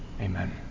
Amen